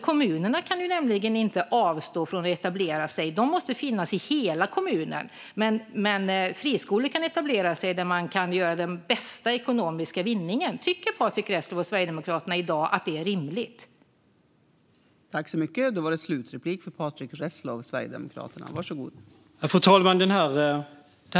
Kommunerna kan nämligen inte avstå från att etablera sig utan måste finnas i hela kommunen, medan friskolor kan etablera sig där den bästa ekonomiska vinningen kan göras. Tycker Patrick Reslow och Sverigedemokraterna att detta är rimligt i dag?